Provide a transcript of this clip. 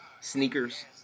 sneakers